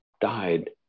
died